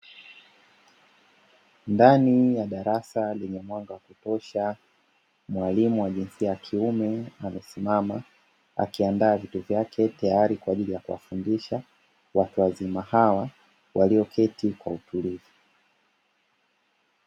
Ndani ya darasa lenye mwanga wa kutosha, mwalimu wa jinsia ya kiume amesimama akiandaa vitu vyake tayari kwa kuwafundisha watu wazima hao walioketi kwa utulivu.